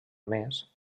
més